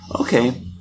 okay